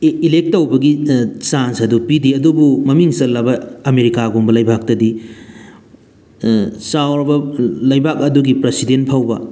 elect ꯇꯧꯕꯒꯤ chance ꯑꯗꯨ ꯄꯤꯗꯦ ꯑꯗꯨꯕꯨ ꯃꯃꯤꯡ ꯆꯠꯂꯕ ꯑꯃꯦꯔꯤꯀꯥꯒꯨꯝꯕ ꯂꯩꯕꯥꯛꯇꯗꯤ ꯆꯥꯎꯔꯕ ꯂꯩꯕꯥꯛ ꯑꯗꯨꯒꯤ ꯄ꯭ꯔꯁꯤꯗꯦꯟ ꯐꯥꯎꯕ